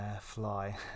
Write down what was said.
fly